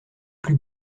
plus